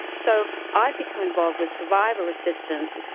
so i've become involved with survivor assistance,